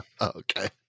Okay